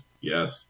Yes